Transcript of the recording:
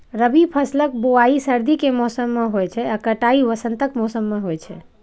रबी फसलक बुआइ सर्दी के मौसम मे होइ छै आ कटाइ वसंतक मौसम मे होइ छै